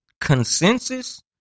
consensus